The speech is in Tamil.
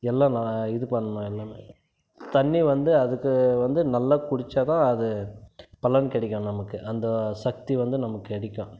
எல்லாம் இது பண்ணணும் எல்லாமே தண்ணி வந்து அதுக்கு வந்து நல்லா குடித்தா தான் அது பலன் கிடைக்கும் நமக்கு அந்த சக்தி வந்து நமக்கு கிடைக்கும்